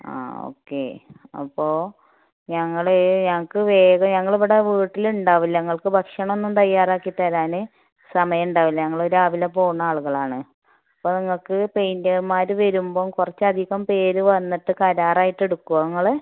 ആ ഓക്കെ അപ്പോൾ ഞങ്ങൾ ഞങ്ങൾക്ക് വേഗം ഞങ്ങളിവിടെ വീട്ടിൽ ഉണ്ടാവില്ല നിങ്ങൾക്ക് ഭക്ഷണം ഒന്നും ഉണ്ടാക്കി തയ്യാറാക്കി തരാൻ സമയം ഉണ്ടാവില്ല ഞങ്ങൾ രാവിലെ പോവുന്ന ആളുകളാണ് അപ്പോൾ നിങ്ങൾക്ക് പെയ്ൻ്റർമാർ വരുമ്പം കുറച്ചധികം പേർ വന്നിട്ട് കരാർ ആയിട്ട് എടുക്കുമോ നിങ്ങൾ